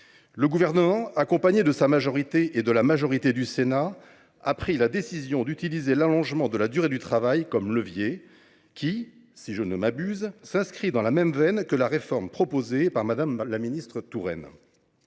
Le Gouvernement, suivi par sa majorité, ainsi que par celle du Sénat, a pris la décision d’utiliser l’allongement de la durée du travail comme levier qui, si je ne m’abuse, s’inscrit dans la même veine que la réforme proposée par Mme la ministre Touraine.